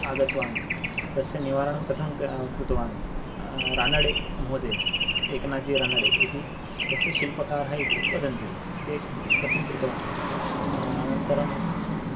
आगतवान् तस्य निवारणं कथं कृतवान् रानडे महोदयः एकनाजि रानडे इति तस्य शिल्पकारः इति वदन्ति ते कथं कृतवान् अनन्तरं